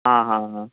आं हां हां